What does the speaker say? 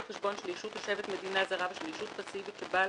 חשבון של ישות תושבת מדינה זרה ושל ישות פסיבית שבעל